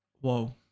whoa